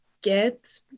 get